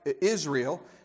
Israel